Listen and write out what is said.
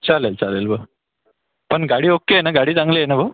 चालेल चालेल बरं पण गाडी ओके आहे ना गाडी चांगली आहे ना भाऊ